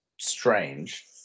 strange